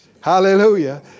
Hallelujah